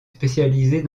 spécialisée